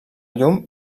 llum